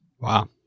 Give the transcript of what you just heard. Wow